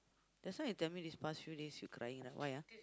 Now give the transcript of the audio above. just now you tell me these past few days you crying right why ah